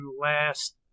last